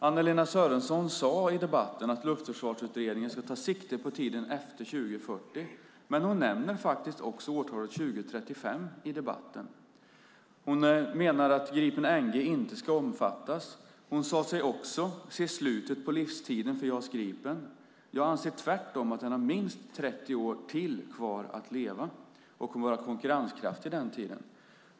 Anna-Lena Sörenson sade i debatten att luftförsvarsutredningen ska ta sikte på tiden efter 2040, men hon nämner faktiskt också årtalet 2035 i debatten. Hon menar att Gripen NG inte ska omfattas. Hon sade sig också se slutet på livstiden för JAS Gripen. Jag anser tvärtom att den har minst 30 år till kvar att leva och vara konkurrenskraftig den tiden.